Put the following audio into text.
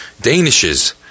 danishes